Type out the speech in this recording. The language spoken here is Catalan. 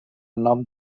nom